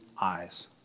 eyes